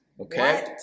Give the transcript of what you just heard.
Okay